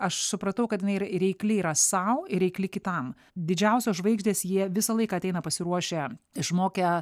aš supratau kad jinai yra reikli sau ir reikli kitam didžiausios žvaigždės jie visą laiką ateina pasiruošę išmokę